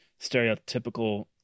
stereotypical